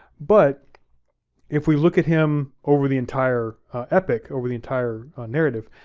but if we look at him over the entire epic, over the entire narrative,